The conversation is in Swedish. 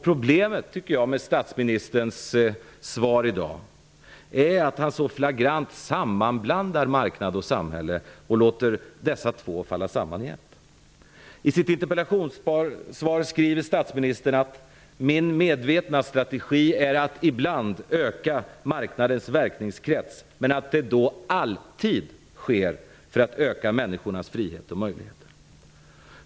Problemet med statsministerns svar i dag är att han så flagrant sammanblandar marknad och samhälle och låter dessa två sammanfalla i ett. I sitt interpellationssvar skriver statsministern: ''min medvetna strategi i dagens situation är att ibland öka marknadens verkningskrets, men att det då alltid sker för att öka människornas frihet och möjligheter''.